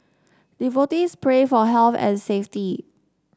devotees pray for health and safety